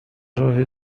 راه